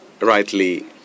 rightly